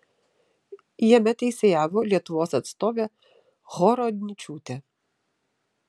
jame teisėjavo lietuvos atstovė horodničiūtė